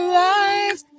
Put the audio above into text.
life